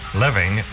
living